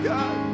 God